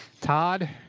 Todd